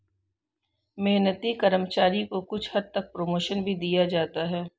मेहनती कर्मचारी को कुछ हद तक प्रमोशन भी दिया जाता है